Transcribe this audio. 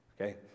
Okay